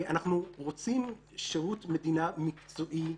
אנחנו רוצים שירות מדינה מקצועי,